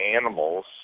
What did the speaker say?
animals